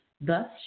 Thus